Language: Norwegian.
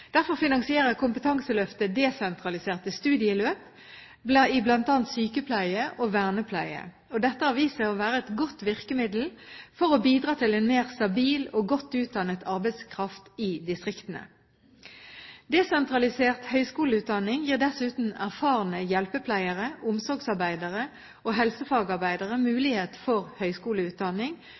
Derfor finansierer Kompetanseløftet desentraliserte studieløp i bl.a. sykepleie og vernepleie. Dette har vist seg å være et godt virkemiddel for å bidra til en mer stabil og godt utdannet arbeidskraft i distriktene. Desentralisert høyskoleutdanning gir dessuten erfarne hjelpepleiere, omsorgsarbeidere og helsefagarbeidere mulighet for høyskoleutdanning